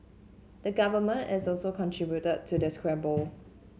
the government is also contributed to the squabble